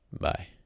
Bye